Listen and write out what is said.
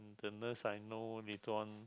the nurse I know later on